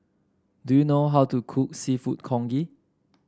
do you know how to cook seafood Congee